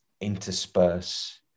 intersperse